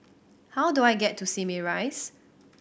how do I get to Simei Rise